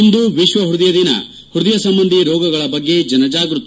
ಇಂದು ವಿಶ್ವ ಹೃದಯ ದಿನ ಹೃದಯ ಸಂಬಂಧಿ ರೋಗಗಳ ಬಗ್ಗೆ ಜನಜಾಗೃತಿ